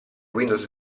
windows